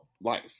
life